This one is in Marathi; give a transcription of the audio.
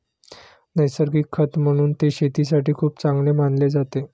नैसर्गिक खत म्हणून ते शेतीसाठी खूप चांगले मानले जाते